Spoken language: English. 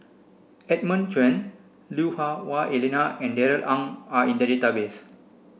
Edmund Cheng Lui Hah Wah Elena and Darrell Ang are in the database